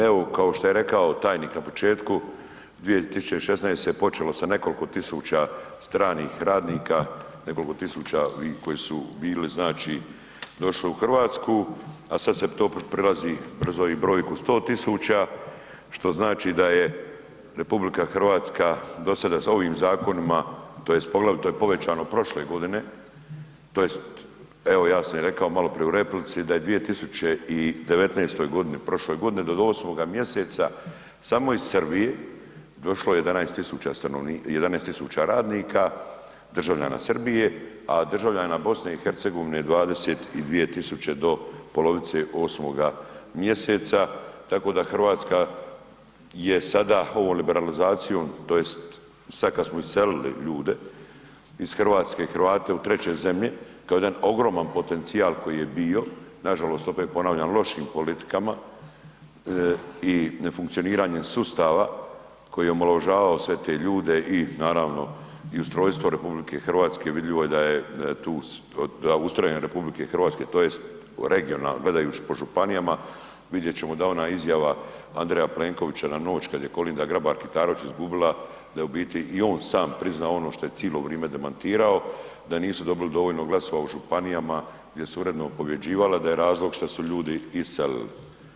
Evo kao što je rekao tajnik na početku, 2016. se je počelo sa nekoliko tisuća stranih radnika, nekoliko tisuća koji su došli u Hrvatsku, a sada se to prelazi brzo i broju 100.000 što znači da je RH do sada ovim zakonima tj. poglavito je povećano prošle godine tj. evo ja sam rekao maloprije i u replici da je 2019. godini, prošloj godini do 8. mjeseca samo iz Srbije došlo 11.000 radnika, državljana Srbije, a državljana BiH 22.000 do polovice 8. mjeseca, tako da je Hrvatska sada ovom liberalizacijom tj. sada kada smo iselili ljude iz Hrvatske Hrvate u treće zemlje kao jedan ogroman potencijal koji je bio, nažalost opet ponavljam lošim politikama i nefunkcioniranjem sustava koji je omalovažavao sve te ljude i naravno i ustrojstvo RH vidljivo je da ustrojem RH tj. regionalno gledajući po županijama vidjet ćemo da je ona izjava Andreja Plenkovića na noć kada je Kolinda Grabar Kitarović izgubila da je u biti i on sam priznao ono što je cijelo vrijeme demantirao da nisu dobili dovoljno glasova u županijama gdje su uredno pobjeđivali, a da je razlog što su ljudi iselili.